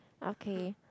okay